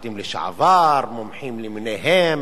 מפקדים לשעבר, מומחים למיניהם,